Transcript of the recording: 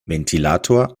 ventilator